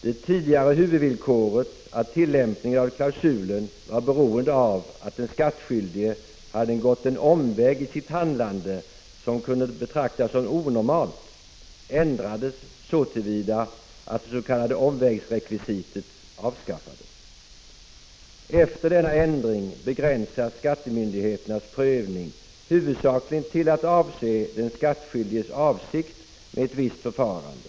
Det tidigare huvudvillkoret att tillämpningen av klausulen var beroende av att den skattskyldige hade gått en omväg i sitt handlande som kunde betraktas som onormalt, ändrades så till vida att det s.k. omvägsrekvisitet — Prot. 1985/86:49 avskaffades. Efter denna ändring begränsas skattemyndigheternas prövning — 11 december 1985 huvudsakligen till att avse den skattskyldiges avsikt med ett visst förfarande.